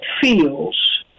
feels